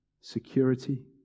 security